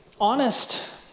honest